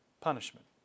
punishment